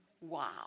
Wow